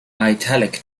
italic